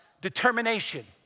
determination